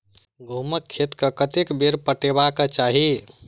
गहुंमक खेत केँ कतेक बेर पटेबाक चाहि?